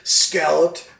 scalloped